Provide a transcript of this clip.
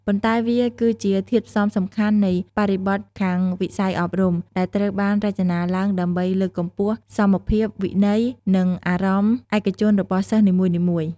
ប៉ុន្តែវា គឺជាធាតុផ្សំសំខាន់នៃបរិបទខាងវិស័យអប់រំ ដែលត្រូវបានរចនាឡើងដើម្បីលើកកម្ពស់សមភាព វិន័យ និងអារម្មណ៍ឯកជនរបស់សិស្សនីមួយៗ។